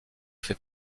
fait